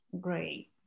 Great